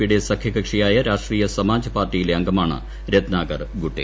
P യുടെ സഖ്യകക്ഷിയായ രാഷ്ട്രീയ സമാജ് പാർട്ടിയിലെ അംഗമാണ് രത്നാകർ ഗുട്ടെ